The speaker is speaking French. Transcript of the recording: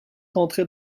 rentrer